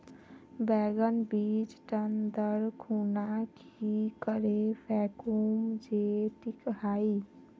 बैगन बीज टन दर खुना की करे फेकुम जे टिक हाई?